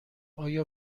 آیا